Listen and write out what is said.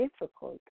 difficult